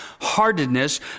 heartedness